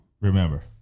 Remember